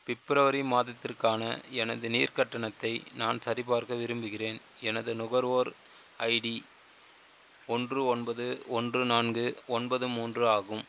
பிப்ரவரி மாதத்திற்கான எனது நீர் கட்டணத்தை நான் சரிபார்க்க விரும்புகிறேன் எனது நுகர்வோர் ஐடி ஒன்று ஒன்பது ஒன்று நான்கு ஒன்பது மூன்று ஆகும்